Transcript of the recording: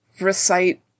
recite